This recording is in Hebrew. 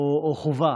או חובה?